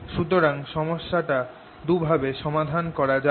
সুতরাং সমস্যা টাকে দু ভাবে সমাধান করা যাক